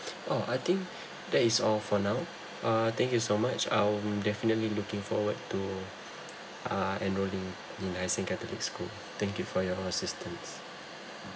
oh I think that is all for now uh thank you so much I'll definitely looking forward to uh enroling in hai sing catholic school thank you for your assistance